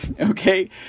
okay